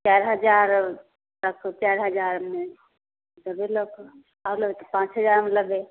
चारि हजार तक चारि हजारमे जेबै लऽ कऽ आओर लेबै तऽ पाँच हजारमे लेबै